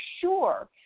sure